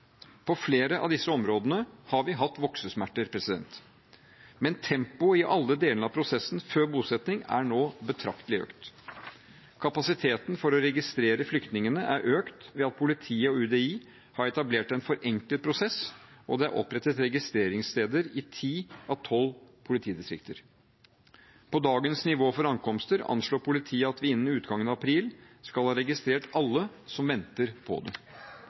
På flere av disse områdene har vi hatt voksesmerter, men tempoet i alle delene av prosessen før bosetting er nå betraktelig økt. Kapasiteten for å registrere flyktningene er økt ved at politiet og UDI har etablert en forenklet prosess, og det er opprettet registreringssteder i ti av tolv politidistrikter. Med dagens nivå for ankomster anslår politiet at vi innen utgangen av april skal ha registrert alle som venter på det.